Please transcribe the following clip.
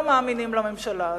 לא מאמינים לממשלה הזאת.